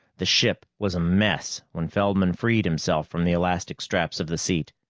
the ship was a mess when feldman freed himself from the elastic straps of the seat.